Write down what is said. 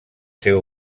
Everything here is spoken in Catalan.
ser